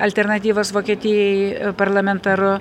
alternatyvos vokietijai parlamentaru